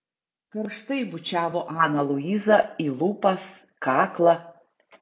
karštai bučiavo aną luizą į lūpas kaklą